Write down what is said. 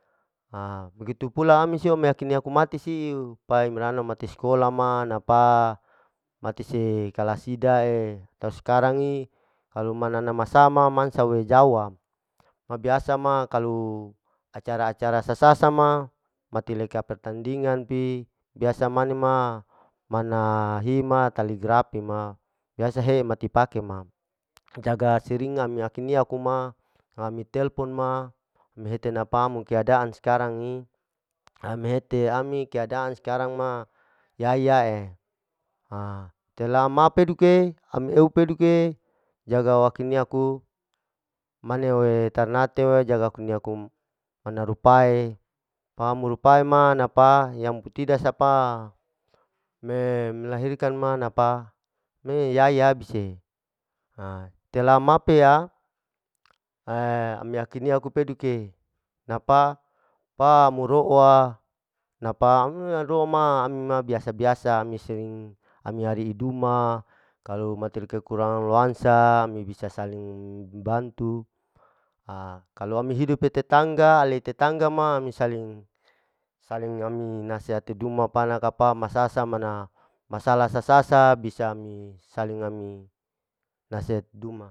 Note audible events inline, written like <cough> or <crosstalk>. Ha begitu pula ami siu meyakin niu aku mati siu, pai merana merati sekolah ma napa, mati se kelas sida'e, kalu skarang ne kalu manana masa ma mansa we jawa, ma biasa ma kalu acara-acara sasa sa ma mati leka pertandingan pi biasa mane ma mana hima taligrapi ma, biasa he mati pake ma, jaga sering ami ake nea aku ma, ami telpon ma, ami hete napa keadadan sekarang ni, ami hete ami keadaan sekarang ma yaya'e, ha tela ma peduke amieu peduke jaga wakeniaku mane we tarnate jaga akuniaku manarupa'e, pa murapae napa putida sapa me melahirkan napa me yaya abise e tela ma pea, <hesitation> ami akernia keduke napa, pa moro'wa napa <unintelligible> ro'o ma biasa-biasa ami sering ami ari'i duma kalu matil kekurangan lohansa ami bisa saling membantu ha kalau ami hidup'e tetangga ale tetangga ma ami saling, saling ami nasehati duma, panakapa masasa mana masala sasasa, bisa ami saling ami nasehati duma.